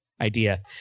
idea